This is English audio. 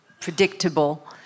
predictable